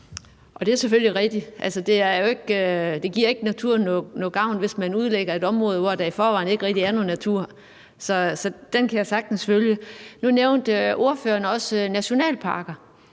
Det er selvfølgelig rigtigt. Altså, det giver ikke naturen nogen gavn, hvis man udlægger et område, hvor der i forvejen ikke rigtig er noget natur. Så den kan jeg sagtens følge. Nu nævnte ordføreren også nationalparker,